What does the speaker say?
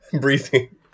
breathing